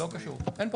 לא קשור, אין פה